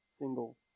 single